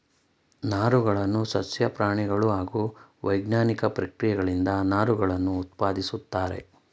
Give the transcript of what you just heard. ನಾರುಗಳನ್ನು ಸಸ್ಯ ಪ್ರಾಣಿಗಳು ಹಾಗೂ ವೈಜ್ಞಾನಿಕ ಪ್ರಕ್ರಿಯೆಗಳಿಂದ ನಾರುಗಳನ್ನು ಉತ್ಪಾದಿಸುತ್ತಾರೆ